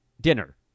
dinner